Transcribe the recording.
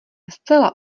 zcela